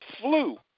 flu